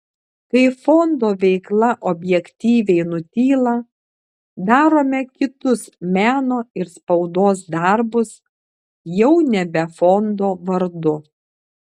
kai fondo veikla objektyviai nutyla darome kitus meno ir spaudos darbus jau nebe fondo vardu